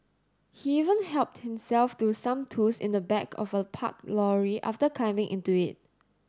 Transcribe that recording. he even helped himself to some tools in the back of a parked lorry after climbing into it